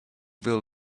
will